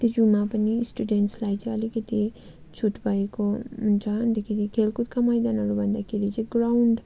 त्यो जुमा पनि स्टुडेन्ट्सलाई चाहिँ अलिकति छुट भएको हुन्छ अलिकति खेलकुदका मैदानहरू भन्दाखेरि चाहिँ ग्राउन्ड